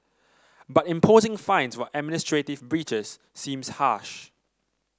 but imposing fines for administrative breaches seems harsh